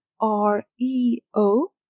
R-E-O